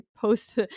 post